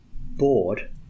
bored